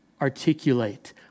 articulate